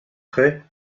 après